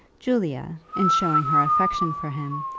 julia, in showing her affection for him,